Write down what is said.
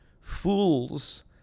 Fools